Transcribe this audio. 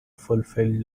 fulfilled